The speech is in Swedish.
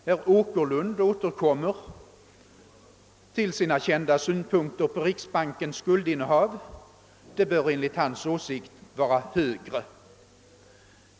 Herr Åkerlund återkommer med sina kända synpunkter på riksbankens guldinnehav. Det bör enligt hans åsikt vara högre.